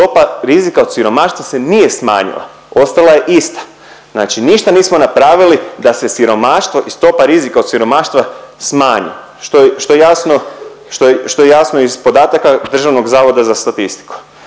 stopa rizika od siromaštva se nije smanjila ostala je ista. Znači ništa nismo napravili da se siromaštvo i stopa rizika od siromaštva smanji što je jasno, što je jasno iz podataka Državnog zavoda za statistiku.